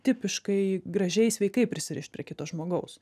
tipiškai gražiai sveikai prisirišt prie kito žmogaus